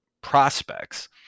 prospects